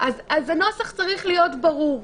אז הנוסח צריך להיות ברור.